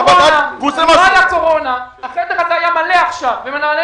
--- אם לא הייתה קורונה החדר הזה היה מלא עכשיו במנהלי